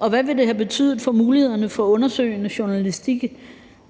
Og hvad ville det have betydet for mulighederne for undersøgende journalistik,